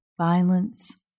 Violence